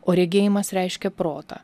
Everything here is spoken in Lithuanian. o regėjimas reiškia protą